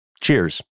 Cheers